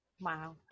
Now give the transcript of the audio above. Wow